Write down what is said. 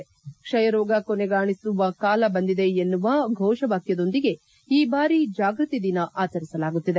ಕ್ಷಯರೋಗ ಕೊನೆಗಾಣಿಸುವ ಕಾಲ ಬಂದಿದೆ ಎನ್ನುವ ಘೋಷವಾಕ್ಕದೊಂದಿಗೆ ಈ ಬಾರಿ ಜಾಗೃತಿ ದಿನ ಆಚರಿಸಲಾಗುತ್ತಿದೆ